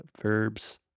verbs